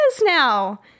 now